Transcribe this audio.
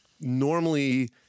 normally